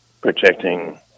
protecting